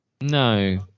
no